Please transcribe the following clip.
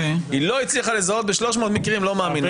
היא לא הצליחה לזהות ב-300 מקרים לא מאמין לך רותי.